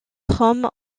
trône